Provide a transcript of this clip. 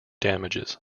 damages